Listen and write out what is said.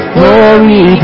Glory